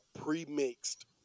pre-mixed